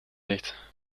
nicht